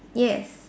yes